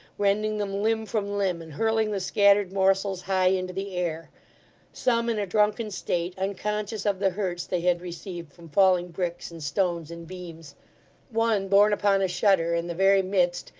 rending them limb from limb, and hurling the scattered morsels high into the air some in a drunken state, unconscious of the hurts they had received from falling bricks, and stones, and beams one borne upon a shutter, in the very midst,